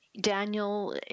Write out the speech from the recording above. Daniel